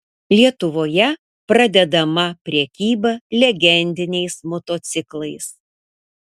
lietuvoje pradedama prekyba legendiniais motociklais